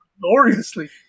gloriously